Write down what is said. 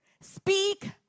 Speak